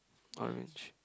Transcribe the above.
orange